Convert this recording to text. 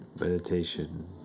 Meditation